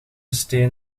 steen